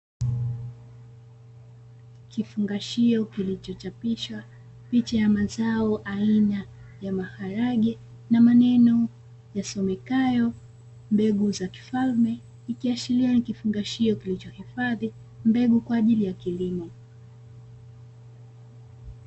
kifungashio kilichochapishwa picha ya mazao aina ya maharage na maneno yasomekayo "mbegu za kifalme", ikiashiria ni kifungashio kilichoifadhi mbegu kwa ajili ya kilimo.